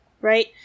right